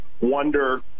wonder